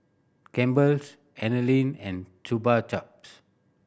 Campbell's Anlene and Chupa Chups